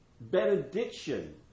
benediction